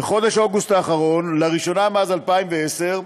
בחודש אוגוסט האחרון, לראשונה מאז 2010,